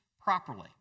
properly